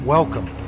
Welcome